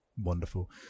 wonderful